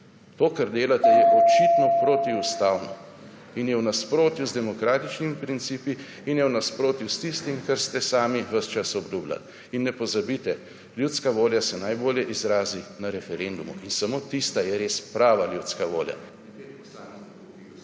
To, kar delate je očitno protiustavno in je v nasprotju z demokratičnimi principi in je v nasprotju s tistim, kar ste sami ves čas obljubljali. Ne pozabite ljudska volja se najbolje izrazi na referendumu in samo tista je res prava ljudska volja.